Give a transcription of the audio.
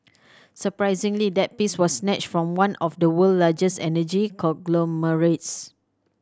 surprisingly that piece was snatched from one of the world largest energy conglomerates